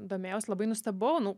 domėjaus labai nustebau nu